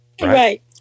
Right